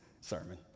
sermon